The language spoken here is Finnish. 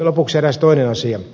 lopuksi eräs toinen asia